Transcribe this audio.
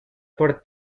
por